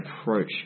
approach